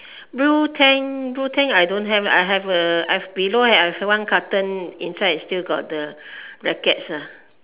blue tank blue tank I don't have I have a I have below I have one carton inside is still got the rackets uh